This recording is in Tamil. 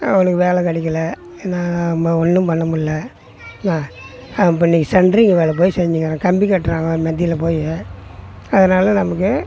அவனுக்கு வேலை கிடைக்கல என்னால் ஒன்றும் பண்ண முடியல என்ன அவன் இப்போ இன்றைக்கு சன்ட்ரிங் வேலை போய் செஞ்சுக்கிறான் கம்பி கட்டுறவங்க மத்தியில் போய் அதனால நமக்கு